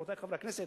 רבותי חברי הכנסת,